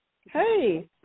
Hey